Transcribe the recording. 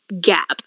gap